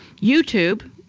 YouTube